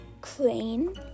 crane